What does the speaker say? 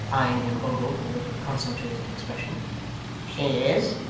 eyeing him over with a look of concentrated expression she is.